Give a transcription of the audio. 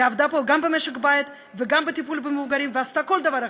ועבדה פה גם במשק בית וגם בטיפול במבוגרים ועשתה כל דבר אחר,